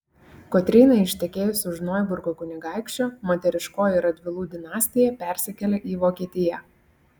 kotrynai ištekėjus už noiburgo kunigaikščio moteriškoji radvilų dinastija persikėlė į vokietiją